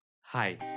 Hi